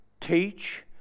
teach